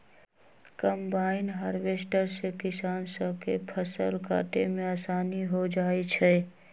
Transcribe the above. combine harvester से किसान स के फसल काटे में आसानी हो जाई छई